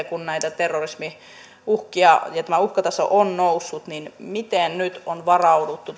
kun on näitä terrorismiuhkia ja tämä uhkataso on noussut miten nyt todellakin on varauduttu